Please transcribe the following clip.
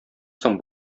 соң